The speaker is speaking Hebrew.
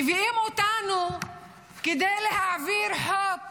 מביאים אותנו כדי להעביר חוק